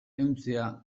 ehuntzea